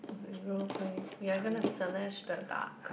zero points we're gonna finish the duck